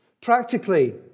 Practically